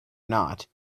not